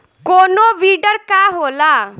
कोनो बिडर का होला?